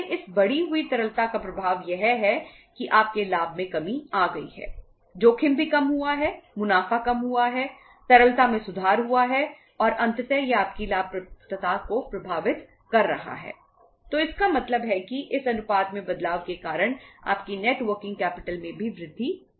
पहले net working capital में भी वृद्धि हुई है